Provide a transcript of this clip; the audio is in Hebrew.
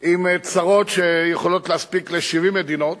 ועם צרות שיכולות להספיק ל-70 מדינות,